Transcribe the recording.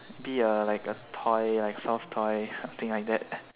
be a like a toy like soft toy something like that